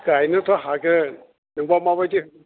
गायनोथ' हागोन नोंबा माबायदि